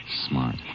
Smart